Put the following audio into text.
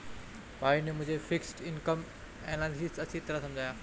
भाई ने मुझे फिक्स्ड इनकम एनालिसिस अच्छी तरह समझाया